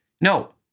No